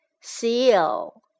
Seal